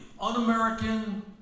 un-American